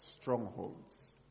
strongholds